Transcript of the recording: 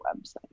website